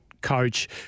coach